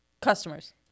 Customers